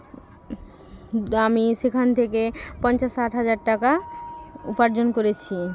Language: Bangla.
আমি সেখান থেকে পঞ্চাশ ষাট হাজার টাকা উপার্জন করেছি